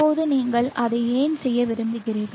இப்போது நீங்கள் அதை ஏன் செய்ய விரும்புகிறீர்கள்